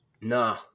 Nah